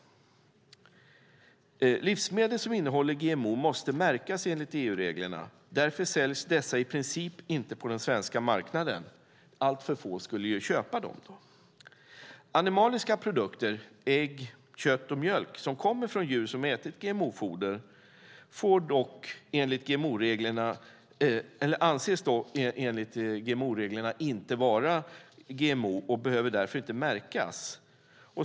Livsmedel som innehåller GMO måste märkas, enligt EU-reglerna. Därför säljs dessa i princip inte på den svenska marknaden. Alltför få skulle köpa dem. Animaliska produkter - ägg, kött och mjölk - som kommer från djur som ätit GMO-foder anses dock enligt GMO-reglerna inte vara GMO och behöver därför inte märkas.